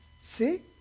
See